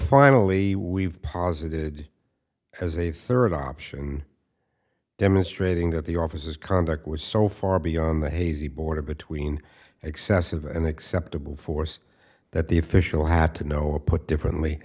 finally we've posited as a third option demonstrating that the officers conduct was so far beyond the hazy border between excessive and acceptable force that the official had to know or put differently